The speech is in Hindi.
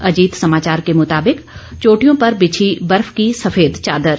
अजीत समाचार के मुताबिक चोटियों पर बिछी बर्फ की सफेद चादर